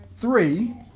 three